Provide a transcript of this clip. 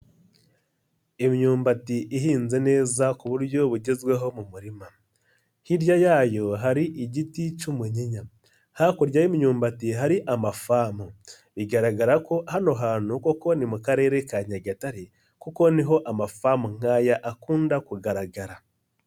Imyumbati ihinze neza ku buryo bugezweho mu murima, hirya yayo hari igiti cy'umunyinya, hakurya y'imyumbati hari amafamu. Bigaragara ko hano hantu koko ni mu karere ka Nyagatare kuko niho amafamu nk'aya akunda kugaragara.